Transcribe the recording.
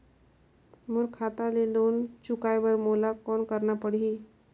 मोर खाता ले लोन चुकाय बर मोला कौन करना पड़ही?